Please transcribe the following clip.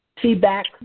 feedback